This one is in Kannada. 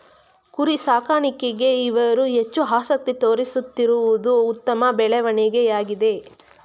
ಕುರಿ ಸಾಕಾಣಿಕೆಗೆ ಇವರು ಹೆಚ್ಚು ಆಸಕ್ತಿ ತೋರಿಸುತ್ತಿರುವುದು ಉತ್ತಮ ಬೆಳವಣಿಗೆಯಾಗಿದೆ